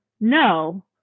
no